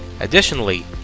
Additionally